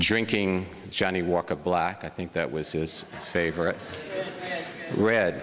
drinking johnny walk a block i think that was his favorite read